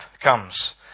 comes